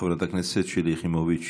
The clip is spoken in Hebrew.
חברת הכנסת שלי יחימוביץ',